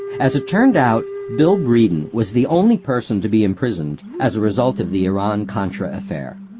as it turned out, bill breeden was the only person to be imprisoned as a result of the iran contra affair.